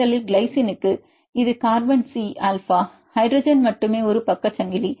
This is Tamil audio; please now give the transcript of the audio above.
முதலில் கிளைசினுக்கு இது கார்பன் சி ஆல்பா ஹைட்ரஜன் மட்டும் ஒரு பக்க சங்கிலி